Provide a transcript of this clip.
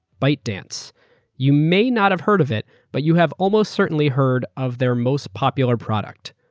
bytedance. you may not have heard of it, but you have almost certainly heard of their most popular product,